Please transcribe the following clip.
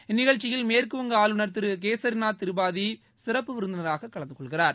இந்நிகழ்ச்சியில் மேற்கு வங்க ஆளுநர் திரு கேசிநாத் திரிபாதி சிறப்பு விருந்தினராக கலந்துகொள்கிறார்